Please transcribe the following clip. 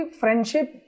friendship